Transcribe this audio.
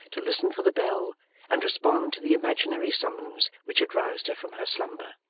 to listen for the bell and respond to the imaginary summons which had roused her from her slumber.